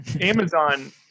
Amazon